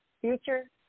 future